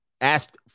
ask